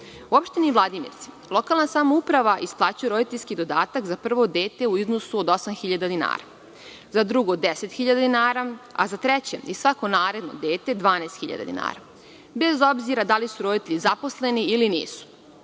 opštini Vladimirci lokalna samouprava isplaćuje roditeljski dodatak za prvo dete u iznosu od 8.000 dinara, za drugo 10.000 dinara, a za treće i svako naredno dete 12.000 dinara, bez obzira da li su roditelji zaposleni ili nisu.U